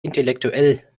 intellektuell